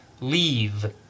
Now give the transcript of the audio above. leave